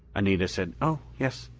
anita said, oh yes.